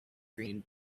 green